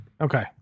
Okay